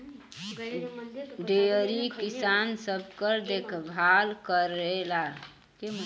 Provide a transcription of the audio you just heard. dairy किसान सबकर देखभाल करेला